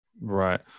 right